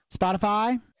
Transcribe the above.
Spotify